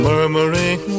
Murmuring